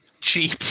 cheap